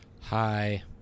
Hi